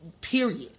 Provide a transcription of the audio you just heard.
Period